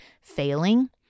failing